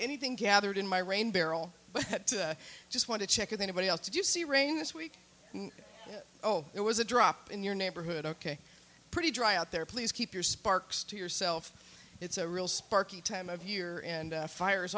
anything gathered in my rain barrel but i just want to check with anybody else did you see rain this week oh it was a drop in your neighborhood ok pretty dry out there please keep your sparks to yourself it's a real sparky time of year and fires